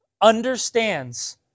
understands